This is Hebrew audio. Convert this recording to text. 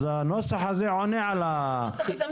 אז הנוסח הזה עונה על התקופה.